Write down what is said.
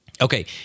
Okay